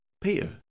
Peter